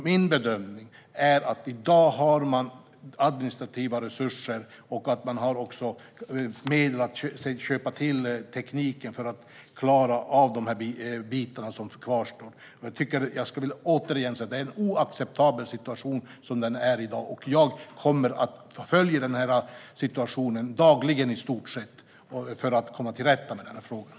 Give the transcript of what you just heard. Min bedömning är att man i dag har administrativa resurser och medel att köpa in den teknik som behövs för att klara av de delar som kvarstår. Jag säger återigen att situationen är oacceptabel som den är i dag, och jag följer situationen i stort sett dagligen för att komma till rätta med problemet.